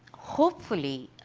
hopefully,